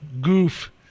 goof